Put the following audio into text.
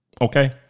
Okay